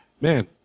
man